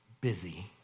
busy